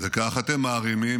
כך אתם מעלים את הטון,